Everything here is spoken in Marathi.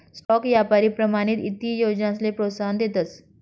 स्टॉक यापारी प्रमाणित ईत्तीय योजनासले प्रोत्साहन देतस